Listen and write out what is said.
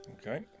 Okay